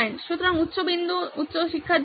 সুতরাং উচ্চ বিন্দু উচ্চ শিক্ষার ধারণ